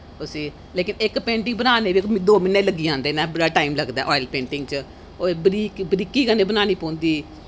लेकिन इक पेंटिंग बनाने गी दो म्हीनें लग्गी जंदे न बड़ा टैम लगदा ऐ अयर पेंटिंग च ओह् बरीकी कन्नै बनानी पौंदी